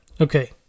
Okay